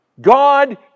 God